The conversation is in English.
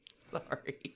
Sorry